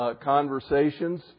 conversations